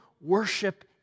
worship